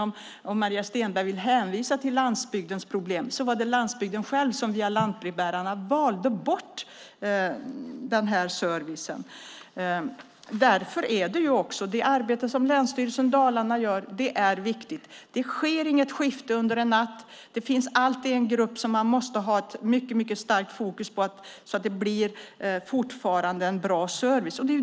Maria Stenberg hänvisar till landsbygdens problem. Men det var landsbygden som via lantbrevbärarna valde bort den här servicen. Det arbete som länsstyrelsen i Dalarna gör är viktigt. Det sker inget skifte över en natt. Det finns en grupp som man alltid måste ha starkt fokus på så att det fortfarande blir bra service.